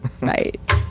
right